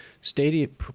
stadium